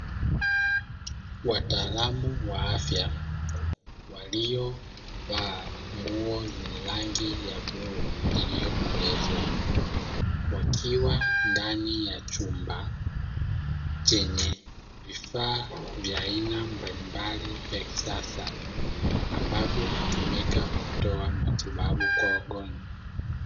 Wataalamu wa afya waliovaa nguo zenye rangi ya bluu iliyokolezwa, wakiwa ndani ya chumba chenye vifaa vya aina mbalimbali vya kisasa, ambavyo hutumika kutoa matibabu kwa wagonjwa.